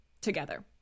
together